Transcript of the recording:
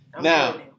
Now